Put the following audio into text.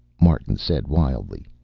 martin said wildly.